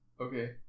Okay